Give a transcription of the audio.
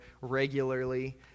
regularly